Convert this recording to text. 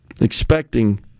expecting